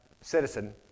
citizen